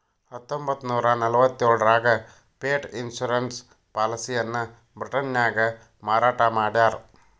ಹತ್ತೊಂಬತ್ತನೂರ ನಲವತ್ತ್ಯೋಳರಾಗ pet insurance ಪಾಲಿಸಿಯನ್ನ ಬ್ರಿಟನ್ನ್ಯಾಗ ಮಾರಾಟ ಮಾಡ್ಯಾರ